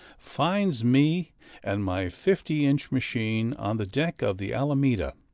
finds me and my fifty-inch machine on the deck of the alameda,